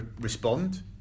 respond